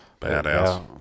badass